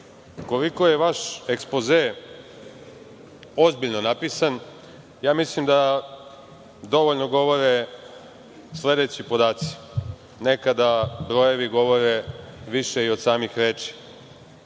Koliko je vaš ekspoze ozbiljno napisan, mislim da dovoljno govore sledeći podaci. Nekada brojevi govore više i od samih reči.